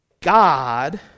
God